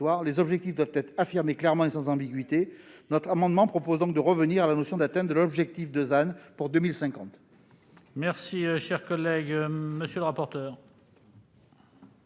Les objectifs doivent être affirmés clairement et sans ambiguïté. Notre amendement tend donc à revenir à la notion d'atteinte de l'objectif de ZAN pour 2050.